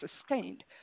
sustained